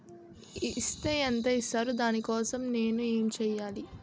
Is తే ఎంత ఇస్తారు దాని కోసం నేను ఎంచ్యేయాలి?